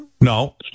No